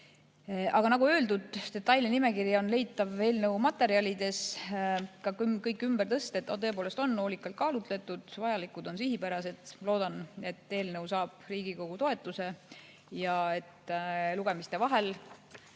Aga nagu öeldud, detailne nimekiri on leitav eelnõu materjalidest. Kõik ümbertõsted on tõepoolest hoolikalt kaalutletud, vajalikud ja sihipärased. Loodan, et eelnõu saab Riigikogu toetuse ja et lugemiste vahel